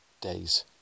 days